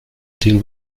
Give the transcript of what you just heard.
deal